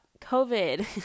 covid